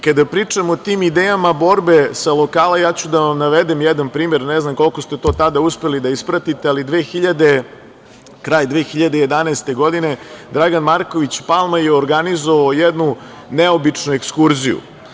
Kada pričamo o tim idejama borbe sa lokala, ja ću da vam navedem jedan primer, ne znam koliko ste to tada uspeli da ispratite, ali krajem 2011. godine Dragan Marković Palma je organizovao jednu neobičnu ekskurziju.